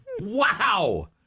Wow